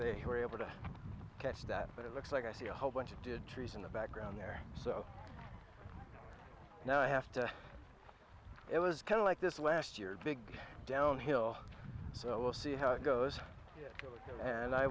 they were able to catch that but it looks like i see a whole bunch of good trees in the background there so now i have to it was kind of like this last year big downhill so we'll see how it goes and i